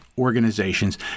organizations